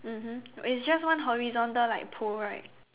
mmhmm it's just one horizontal like pole right